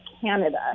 Canada